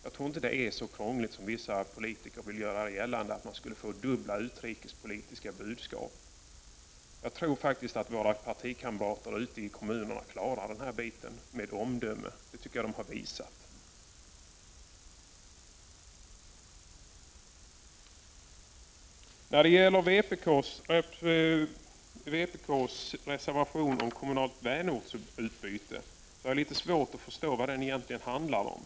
Jag tror inte att det är så krångligt som vissa politiker vill göra gällande, dvs. att man skulle få dubbla utrikespolitiska budskap. Jag tror faktiskt att våra partikamrater ute i kommunerna klarar den här uppgiften med omdöme. Det tycker jag att de har visat prov på. Jag har litet svårt att förstå vad vpk:s reservation om kommunalt vänortsutbyte egentligen handlar om.